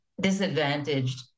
disadvantaged